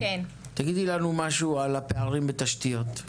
תגידי לנו משהו על הפערים בתשתיות,